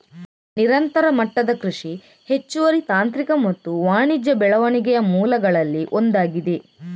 ನಿರಂತರ ಮಟ್ಟದ ಕೃಷಿ ಹೆಚ್ಚುವರಿ ತಾಂತ್ರಿಕ ಮತ್ತು ವಾಣಿಜ್ಯ ಬೆಳವಣಿಗೆಯ ಮೂಲಗಳಲ್ಲಿ ಒಂದಾಗಿದೆ